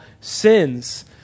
sins